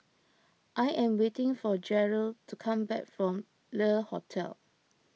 I am waiting for Jered to come back from Le Hotel